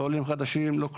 לא עולים חדשים, לא כלום.